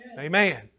Amen